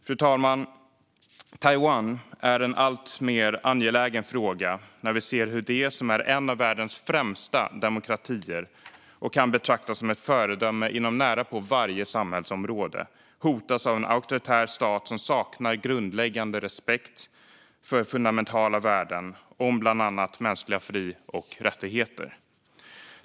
Fru talman! Taiwan är en alltmer angelägen fråga när vi ser hur Taiwan, som är en av världens främsta demokratier och kan betraktas som ett föredöme inom närapå varje samhällsområde, hotas av en auktoritär stat som saknar grundläggande respekt för fundamentala värden om bland annat mänskliga fri och rättigheter.